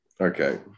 Okay